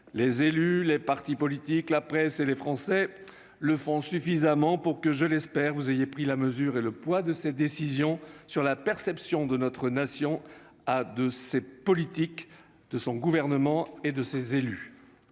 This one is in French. Les élus, les partis politiques, la presse et les Français le font suffisamment pour que- je l'espère -vous mesuriez le poids de ces décisions sur la perception que notre nation a de ses politiques, de son gouvernement et de ses élus.